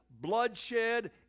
bloodshed